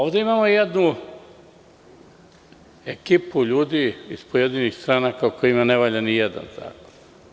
Ovde imamo jednu ekipu ljudi iz pojedinih stranaka kojima ne valja ni jedan zakon.